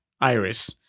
Iris